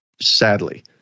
sadly